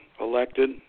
elected